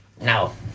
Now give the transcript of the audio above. No